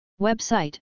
Website